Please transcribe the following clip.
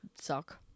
suck